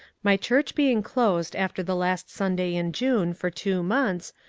my church being closed after the last sunday in june for two months,